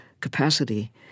capacity